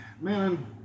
man